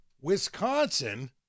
Wisconsin